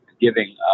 giving